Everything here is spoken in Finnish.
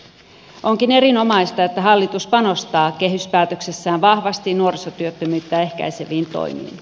onkin erinomaista että hallitus panostaa kehyspäätöksessään vahvasti nuorisotyöttömyyttä ehkäiseviin toimiin